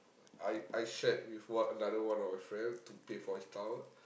I I shared with one another one of the friend to pay for his tower